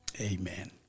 Amen